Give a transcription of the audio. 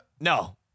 No